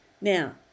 now